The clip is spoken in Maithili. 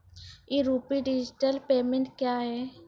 ई रूपी डिजिटल पेमेंट क्या हैं?